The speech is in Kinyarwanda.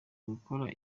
gukora